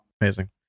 Amazing